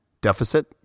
Deficit